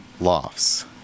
lofts